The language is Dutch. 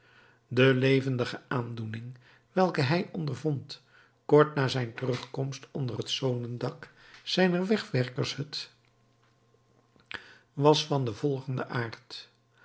de levendige aandoening welke hij ondervond kort na zijn terugkomst onder het zodendak zijner wegwerkershut was van den volgenden aard